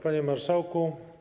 Panie Marszałku!